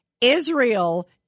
Israel